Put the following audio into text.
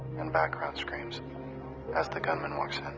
iand background screams as the gunman walks